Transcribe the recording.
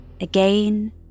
again